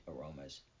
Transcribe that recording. aromas